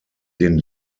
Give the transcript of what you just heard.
den